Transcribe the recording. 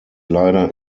leider